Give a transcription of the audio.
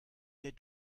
der